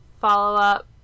Follow-up